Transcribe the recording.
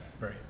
right